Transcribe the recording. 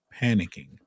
panicking